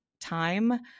time